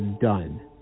done